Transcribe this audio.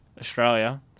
Australia